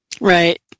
Right